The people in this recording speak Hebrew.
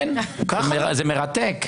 כן, זה מרתק.